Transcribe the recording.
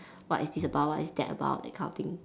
what is this about what is that about that kind of thing